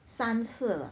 三次了